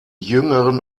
jüngeren